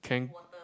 can